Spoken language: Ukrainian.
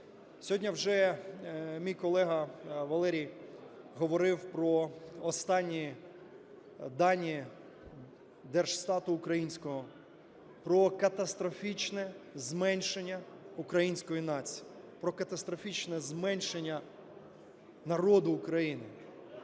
Сьогодні вже мій колега Валерій говорив про останні даніДержстату українського про катастрофічне зменшення української нації, про катастрофічне зменшення народу України.